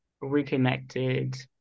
reconnected